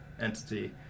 entity